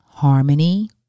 Harmony